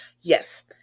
yes